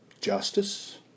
justice